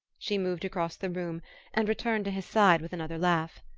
she moved across the room and returned to his side with another laugh.